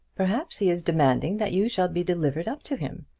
perhaps he is demanding that you shall be delivered up to him.